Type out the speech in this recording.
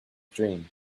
dream